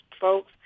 folks